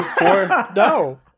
no